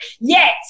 Yes